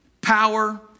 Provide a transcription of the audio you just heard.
power